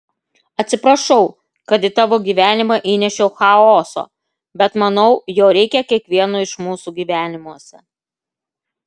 atsiprašau kad į tavo gyvenimą įnešiau chaoso bet manau jo reikia kiekvieno iš mūsų gyvenimuose